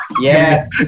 Yes